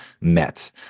met